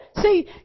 See